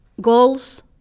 goals